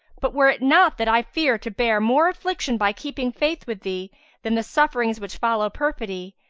but, were it not that i fear to bear more affliction by keeping faith with thee than the sufferings which follow perfidy,